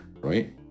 right